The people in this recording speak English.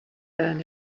earn